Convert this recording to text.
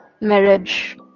marriage